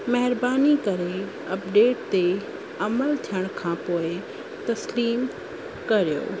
महिरबानी करे अपडेट ते अमलु थियण खां पोइ तस्लीम करियो